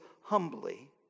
humbly